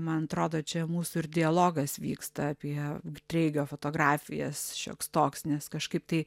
man atrodo čia mūsų ir dialogas vyksta apie treigio fotografijas šioks toks nes kažkaip tai